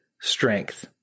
strength